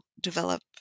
develop